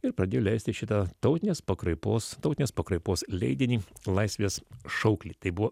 ir pradėjo leisti šitą tautinės pakraipos tautinės pakraipos leidinį laisvės šauklį tai buvo